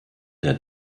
der